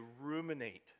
ruminate